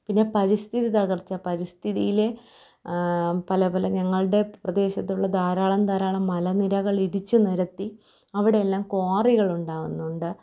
പിന്നെ പരിസ്ഥിതി തകർച്ച പരിസ്ഥിതിയിലെ പല പല ഞങ്ങളുടെ പ്രദേശത്തുള്ള ധാരാളം ധാരാളം മല നിരകൾ ഇടിച്ച് നിരത്തി അവിടെയെല്ലാം ക്വാറികളുണ്ടാക്കുന്നുണ്ട്